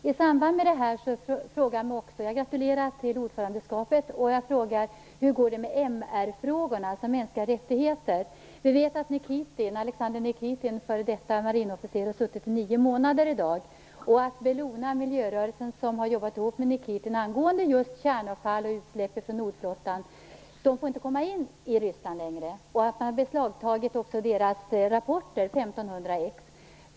Fru talman! Jag gratulerar till ordförandeskapet. Men jag undrar hur det går med MR-frågorna. Vi vet att Alexander Nikitin, f.d. marinofficer, har suttit fängslad i nio månader. Miljörörelsen Bellona, som har arbetat tillsammans med Nikitin angående just kärnavfall och utsläpp från Nordflottan, får inte längre komma in i Ryssland. Man har också beslagtagit 1 500 exemplar av Bellonas rapporter.